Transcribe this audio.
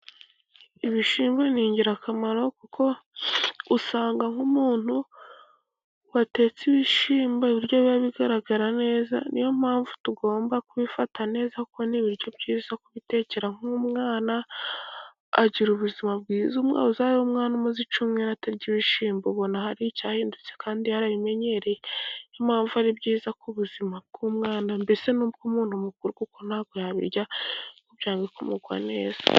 Ibishyimbo ni ingirakamaro, kuko usanga nk’umuntu watetse ibishyimbo, ibiryo biba bigaragara neza. Ni yo mpamvu tugomba kubifata neza, kuko ni ibiryo byiza kubitekera nk’umwana, agira ubuzima bwiza. Uzarebe umwana umaze icyumweru atarya ibishyimbo, ubona hari icyahindutse kandi yarabimenyereye. Ni yo mpamvu ari byiza ku buzima bw’umwana, mbese n’ubw’umuntu mukuru, kuko ntabwo yabirya ngo byange kumugwa neza.